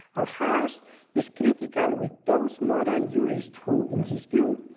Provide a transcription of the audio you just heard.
al-haj is critical with those modern jurists who, in his view,